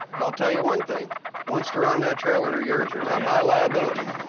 but i'll tell you one thing once they're on that trailer, they're yours. they're not my liability.